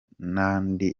n’andi